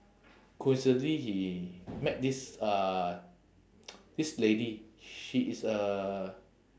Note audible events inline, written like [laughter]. coincidentally he met this uh [noise] this lady she is a